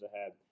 ahead